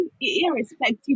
irrespective